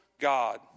God